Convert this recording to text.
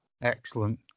Excellent